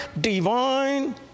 divine